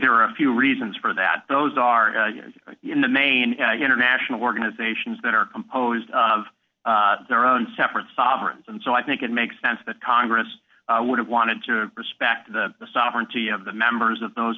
there are a few reasons for that those are the main international organizations that are composed of their own separate sovereigns and so i think it makes sense that congress would have wanted to respect the sovereignty of the members of those